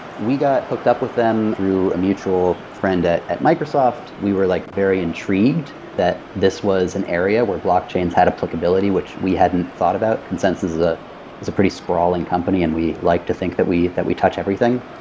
we got hooked up with them through a mutual friend at at microsoft. we were like very intrigued that this was an area where blockchains had applicability, which we hadn't thought about. consensus is a pretty sprawling company, and we like to think that we that we touch everything.